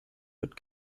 wird